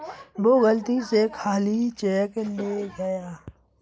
वो गलती से खाली चेक ले गया